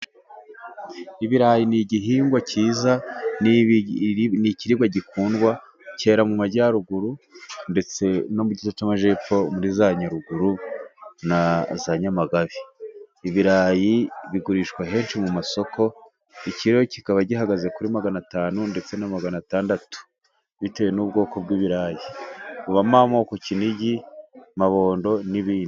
Ibirayi ni igihingwa cyiza ni ikiribwa gikundwa, cyera mu Majyaruguru ndetse no mu gice cy'Amajyepfo muri za Nyaruguru na za Nyamagabe, ibirayi bigurishwa henshi mu masoko, ikiro kikaba gihagaze kuri magana atanu ndetse na magana atandatu bitewe n'ubwoko bw'ibirayi, bibamo amoko kinigi, mabondo n'ibindi.